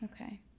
okay